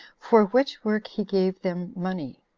for which work he gave them money.